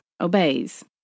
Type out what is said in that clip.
obeys